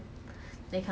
twenty got medal mah